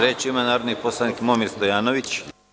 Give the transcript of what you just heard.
Reč ima narodni poslanika Momir Stojanović.